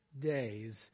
days